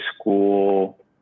school